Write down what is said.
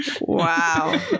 Wow